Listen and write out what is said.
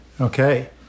Okay